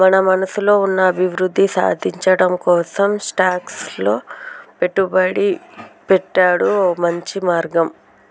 మన మనసులో ఉన్న అభివృద్ధి సాధించటం కోసం స్టాక్స్ లో పెట్టుబడి పెట్టాడు ఓ మంచి మార్గం